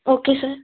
okay sir